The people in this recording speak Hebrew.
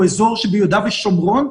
הוא אזור שביהודה ושומרון,